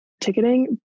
ticketing